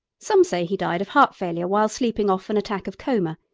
some say he died of heart-failure while sleeping off an attack of coma.